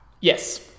Yes